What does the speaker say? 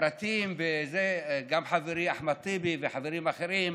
הפרטים, גם חברי אחמד טיבי וחברים אחרים